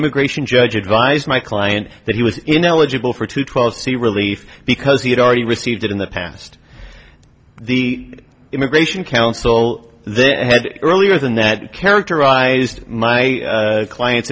immigration judge advised my client that he was ineligible for two twelve c relief because he had already received it in the past the immigration counsel there earlier than that characterized my client